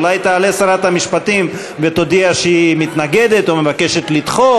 אולי תעלה שרת המשפטים ותודיע שהיא מתנגדת או מבקשת לדחות,